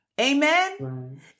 Amen